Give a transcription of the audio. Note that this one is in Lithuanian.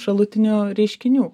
šalutinių reiškinių